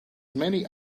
many